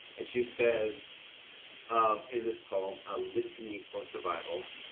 and she says um in this poem a litany for survival.